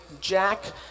Jack